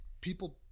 people –